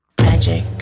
Magic